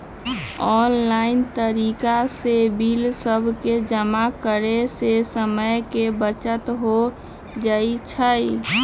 online तरिका से bill सभके जमा करे से समय के बचत हो जाइ छइ